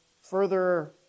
further